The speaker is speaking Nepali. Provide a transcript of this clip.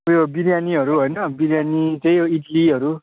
उयो बिरियानीहरू होइन बिरियानी त्यही यो इड्लीहरू